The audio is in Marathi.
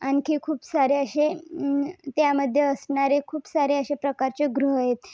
आणखी खूप सारे असे त्यामध्ये असणारे खूप सारे अशा प्रकारचे ग्रह आहेत